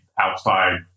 outside